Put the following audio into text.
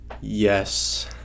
yes